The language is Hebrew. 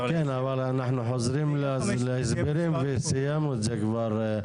כן, אבל אנחנו חוזרים להסברים וסיימנו את זה כבר.